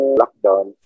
lockdown